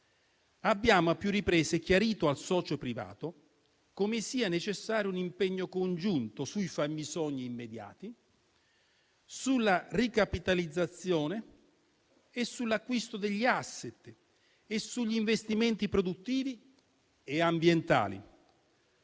Abbiamo a più riprese chiarito al socio privato come sia necessario un impegno congiunto sui fabbisogni immediati, sulla ricapitalizzazione, sull'acquisto degli *asset* e sugli investimenti produttivi e ambientali.